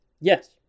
Yes